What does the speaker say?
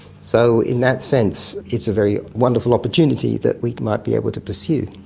so in that sense it's a very wonderful opportunity that we might be able to pursue.